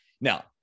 Now